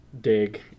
dig